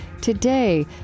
Today